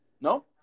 No